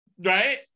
right